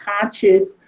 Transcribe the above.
conscious